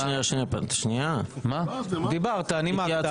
דיברת, נימקת.